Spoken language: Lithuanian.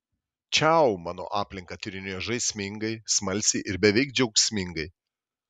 čiau mano aplinką tyrinėjo žaismingai smalsiai ir beveik džiaugsmingai